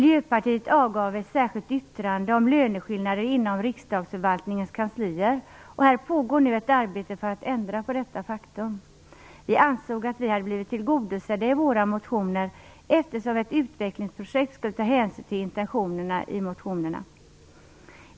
Miljöpartiet avgav ett särskilt yttrande om löneskillnader inom riksdagsförvaltningens kanslier, och här pågår nu ett arbete för att ändra på detta faktum. Vi ansåg att vi hade blivit tillgodosedda i våra motioner, eftersom ett utvecklingsprojekt skulle ta hänsyn till intentionerna i motionerna.